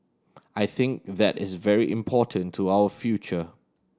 I think that is very important to our future